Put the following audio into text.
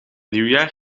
nieuwjaar